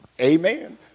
Amen